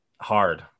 hard